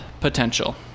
potential